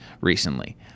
recently